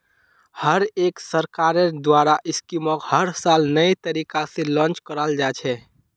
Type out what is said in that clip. हर एक सरकारेर द्वारा स्कीमक हर साल नये तरीका से लान्च कराल जा छे